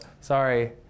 Sorry